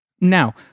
Now